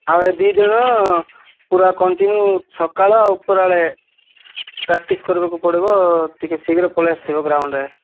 ଆଉ ଏଇ ଦୁଇ ଦିନ ପୁରା କଣ୍ଟିନିଉ ସକାଳ ଉପରବେଳେ ପ୍ରାକ୍ଟିସ୍ କରିବାକୁ ପଡ଼ିବ ଟିକେ ଶୀଘ୍ର ପଳାଇ ଆସିଥିବ ଗ୍ରାଉଣ୍ଡ୍ରେ